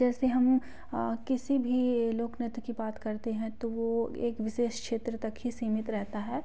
जैसे हम किसी भी लोक नृत्य की बात करते हैं तो वो एक विशेष क्षेत्र तक ही सीमित रहता है